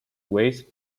waste